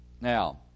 Now